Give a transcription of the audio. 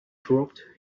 dropped